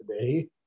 Today